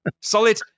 Solid